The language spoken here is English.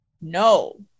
No